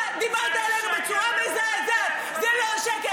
זה שקר